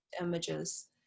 images